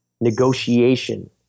negotiation